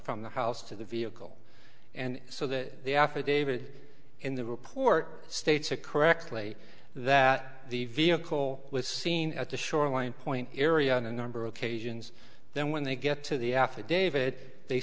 from the house to the vehicle and so that the affidavit in the report states a correctly that the vehicle was seen at the shoreline point area on a number of occasions then when they get to the affidavit they